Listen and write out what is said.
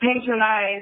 patronize